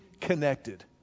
connected